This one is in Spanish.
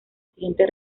siguiente